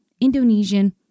Indonesian